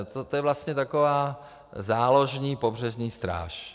To je vlastně taková záložní pobřežní stráž.